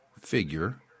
figure